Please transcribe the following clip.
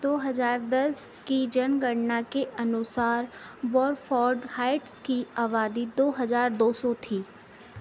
दो हज़ार दस की जनगणना के अनुसार वोफोर्ड हाइट्स की आबादी दो हज़ार दो सौ थी